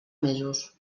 mesos